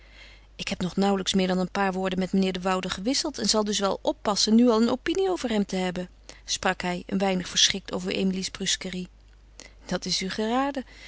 ik heb nog nauwelijks meer dan een paar woorden met meneer de woude gewisseld en zal dus wel oppassen nu al een opinie over hem te hebben sprak hij een weinig verschrikt over emilie's brusquerie dat is u geraden